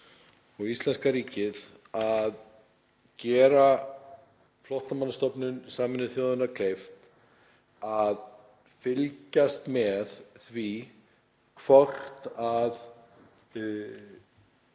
og íslenska ríkið að gera Flóttamannastofnun Sameinuðu þjóðanna kleift að fylgjast með því hvort